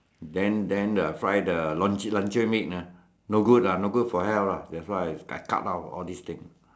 then then I fry the luncheon meat lah no good lah no good for health lah that's why I cut down all these things